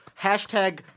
hashtag